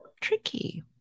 Tricky